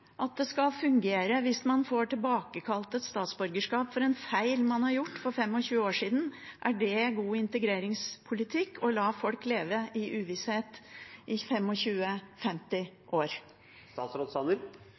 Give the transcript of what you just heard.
at det skal fungere hvis man får tilbakekalt et statsborgerskap for en feil man har gjort for 25 år siden? Er det god integreringspolitikk å la folk leve i uvisshet i